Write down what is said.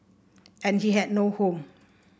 and he had no home